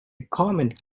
comet